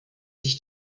sich